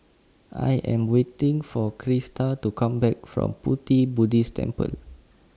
I Am waiting For Krista to Come Back from Pu Ti Buddhist Temple